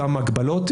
אותן הגבלות,